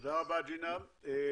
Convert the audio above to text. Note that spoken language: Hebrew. תודה רבה, פרופ'